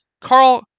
Carl